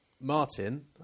Martin